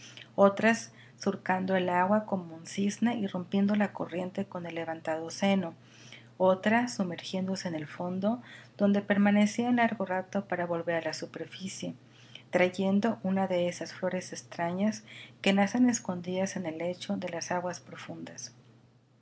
otras surcando el agua como un cisne y rompiendo la corriente con el levantado seno otras sumergiéndose en el fondo donde permanecían largo rato para volver a la superficie trayendo una de esas flores extrañas que nacen escondidas en el lecho de las aguas profundas